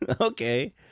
Okay